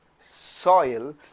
soil